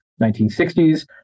1960s